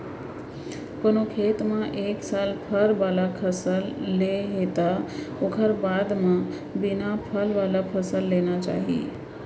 कोनो खेत म एक साल फर वाला फसल ले हे त ओखर बाद म बिना फल वाला फसल लेना चाही